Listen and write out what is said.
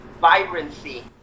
vibrancy